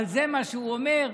אבל זה מה שהוא אומר.